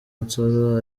nsoro